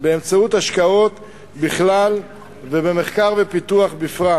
באמצעות השקעות בכלל ובמחקר ופיתוח בפרט,